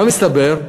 מה מסתבר,